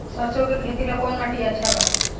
सरसों के खेती ला कवन माटी अच्छा बा?